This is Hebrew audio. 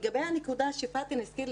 ולגבי הנקודה שפאתן הזכיר,